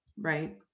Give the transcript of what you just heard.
right